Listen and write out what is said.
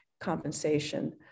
compensation